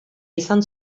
izan